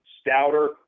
stouter